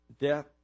death